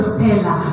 Stella